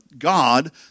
God